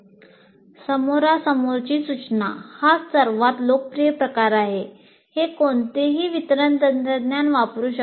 समोरासमोरची सूचना हा सर्वात लोकप्रिय प्रकार आहे हे कोणतेही वितरण तंत्रज्ञान वापरू शकते